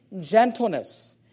gentleness